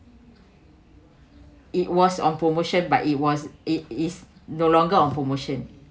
it was on promotion but it was it is no longer on promotion